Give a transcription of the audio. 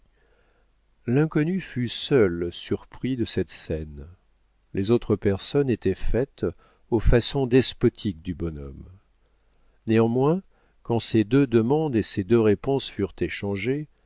l'inconnu fut seul surpris de cette scène les autres personnes étaient faites aux façons despotiques du bonhomme néanmoins quand ces deux demandes et ces deux réponses furent échangées